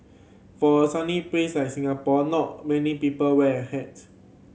for a sunny place like Singapore not many people wear a hat